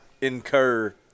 incur